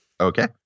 okay